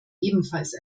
ebenfalls